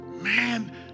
man